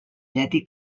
llatí